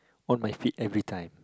on my feet everytime